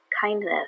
kindness